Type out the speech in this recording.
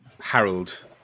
harold